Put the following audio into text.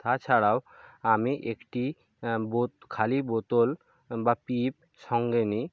তাছাড়াও আমি একটি খালি বোতল বা পি পি সঙ্গে নেই